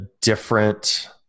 different